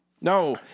No